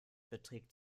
beträgt